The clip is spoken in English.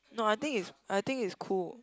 no I think is I think is cool